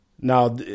Now